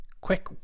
Quick